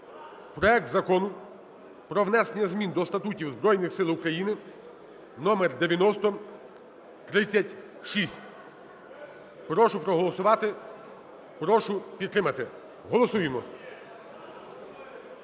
проект Закону про внесення змін до статутів Збройний Сил України (№ 9036). Прошу проголосувати, прошу підтримати. Голосуємо